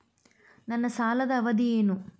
ನನ್ನ ಸಾಲದ ಅವಧಿ ಏನು?